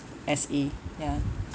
S_A ya